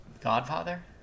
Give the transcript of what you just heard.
godfather